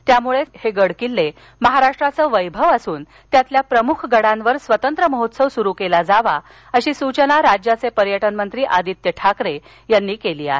त्यामुळंच हे गड किल्ले महाराष्ट्राचे वैभव असून त्यातील प्रमुख गडावर स्वतंत्र महोत्सव सूरु केला जावा अशी सूचना राज्याचे पर्यटन मंत्री आदित्य ठाकरे यांनी केली आहे